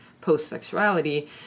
post-sexuality